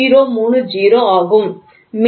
030 ஆகும்